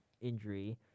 injury